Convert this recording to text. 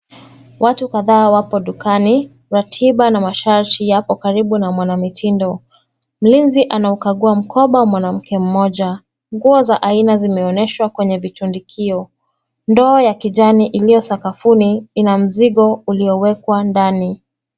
Watu kadhaa wapo dukani, watiba na mashati yako karibu na mwanamitindo. Mlinzi anaukagua mkoba wa mwanamke mmoja. Nguo za aina zimeoneshwa kwenye vitundikio. Ndoa ya kijani iliyo sakafuni, ina mzigo ulio wekwa ndani.